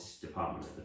department